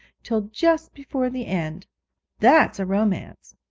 till just before the end that's a romance!